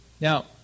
Now